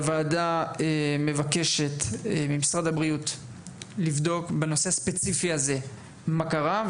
הוועדה מבקשת ממשרד הבריאות לבדוק בנושא ספציפי הזה מה קרה.